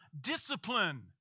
discipline